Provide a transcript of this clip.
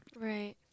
Right